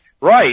Right